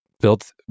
built